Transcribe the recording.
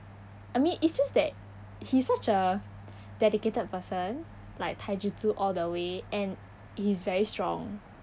I mean it's just that he's such as dedicated person like taijutsu all the way and he is very strong